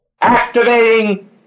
activating